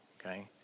okay